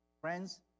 Friends